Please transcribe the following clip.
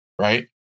right